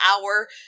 hour